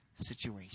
situation